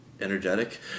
energetic